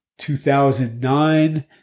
2009